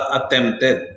attempted